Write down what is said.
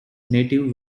native